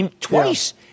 twice